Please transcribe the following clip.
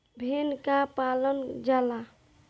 भेड़ काहे पालल जाला?